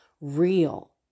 real